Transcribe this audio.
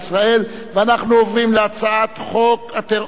ואנחנו עוברים להצעת חוק מימון הטרור.